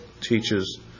teaches